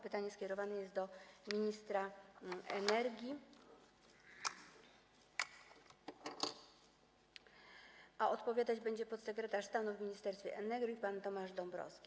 Pytanie skierowane jest do ministra energii, a odpowiadać będzie podsekretarz stanu w Ministerstwie Energii pan Tomasz Dąbrowski.